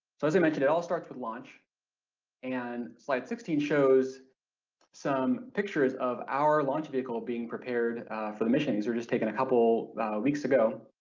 so as i mentioned it all starts with launch and slide sixteen shows some pictures of our launch vehicle being prepared for the mission or just taken a couple weeks ago.